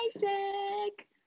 basic